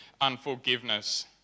unforgiveness